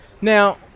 Now